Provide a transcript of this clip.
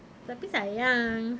tapi sayang